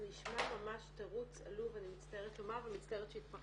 זה נשמע ממש תירוץ עלוב, אני מצטערת לומר ומתפרצת